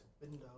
window